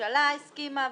הממשלה הסכימה.